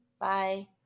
Bye